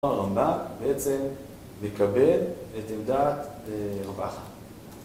הרמב״ם בעצם מקבל את עמדת רב אחא.